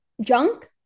junk